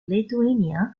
lithuania